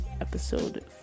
episode